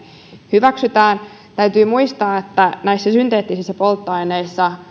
hyväksytään täytyy muistaa että näissä synteettisissä polttoaineissa